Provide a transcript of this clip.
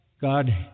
God